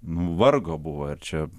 vargo buvo ir čia